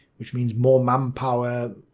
which means more manpower,